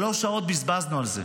שלוש שעות בזבזנו על זה.